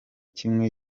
kimwe